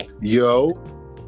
Yo